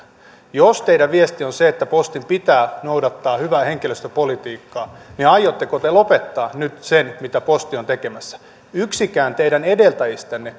jos teidän viestinne on se että postin pitää noudattaa hyvää henkilöstöpolitiikkaa niin aiotteko te lopettaa nyt sen mitä posti on tekemässä yksikään teidän edeltäjistänne